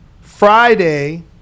Friday